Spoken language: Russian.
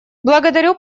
благодарю